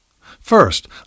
First